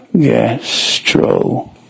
gastro